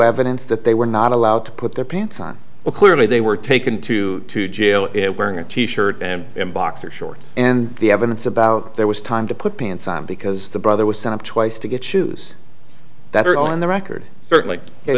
evidence that they were not allowed to put their pants on well clearly they were taken to jail it wearing a t shirt and boxer shorts and the evidence about there was time to put pants on because the brother was sent up twice to get shoes that are on the record certainly